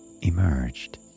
emerged